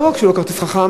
לא רק שהוא לא כרטיס חכם,